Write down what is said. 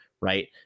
Right